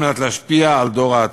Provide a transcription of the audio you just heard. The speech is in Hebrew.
כדי להשפיע על דור העתיד.